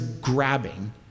grabbing